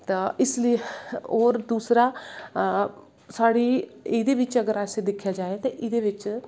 तां इस लेई होर दूसरा साढ़ी एह्दे बिच्च अगर दिक्खेआ जाए ते एह्ॅदे बिच्च